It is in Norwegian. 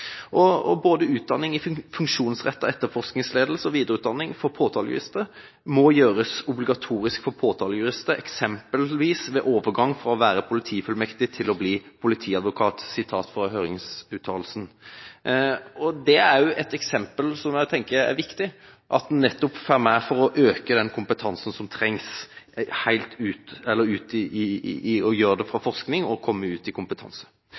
og videreutdanningen for påtalejurister må gjøres obligatorisk for påtalejurister, eksempelvis ved overgangen fra å være politifullmektig til å bli politiadvokat.» Dette er et eksempel som jeg tenker det er viktig å få med. Det å øke den kompetansen som trengs, må gjøres på basis av forskning. Så vil jeg ta med et annet eksempel: I handlingsplanen mot vold i nære relasjoner kommer det fram at det med finansiering fra